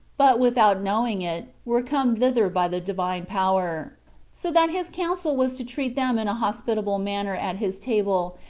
but, without knowing it, were come thither by the divine power so that his counsel was to treat them in a hospitable manner at his table,